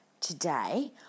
today